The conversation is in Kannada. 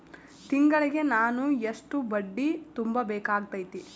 ತಿಂಗಳಿಗೆ ನಾನು ಎಷ್ಟ ಬಡ್ಡಿ ತುಂಬಾ ಬೇಕಾಗತೈತಿ?